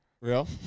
Real